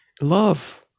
Love